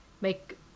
make